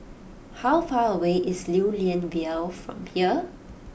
how far away is Lew Lian Vale from here